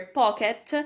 pocket